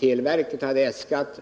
Televerkets äskande